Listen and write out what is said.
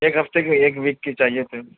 ایک ہفتے کی ایک ویک کی چاہیے تھی